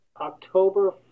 October